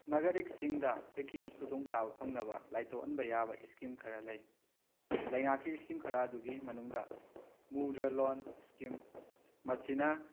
ꯅꯥꯒꯔꯤꯛꯁꯤꯡꯗ ꯕꯦꯛꯀꯤꯡꯒꯤ ꯈꯨꯗꯣꯡ ꯆꯥꯕ ꯐꯪꯅꯕ ꯂꯥꯏꯊꯣꯛꯍꯟꯕ ꯌꯥꯕ ꯏꯁꯀꯤꯝ ꯈꯔ ꯂꯩ ꯂꯩꯉꯥꯛꯀꯤ ꯏꯁꯀꯤꯝ ꯈꯔ ꯑꯗꯨꯒꯤ ꯃꯅꯨꯡꯗ ꯃꯨꯗ꯭ꯔꯥ ꯂꯣꯟ ꯏꯁꯀꯤꯝ ꯃꯁꯤꯅ